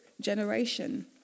Generation